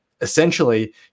essentially